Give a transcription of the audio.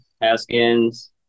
Haskins